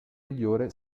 migliore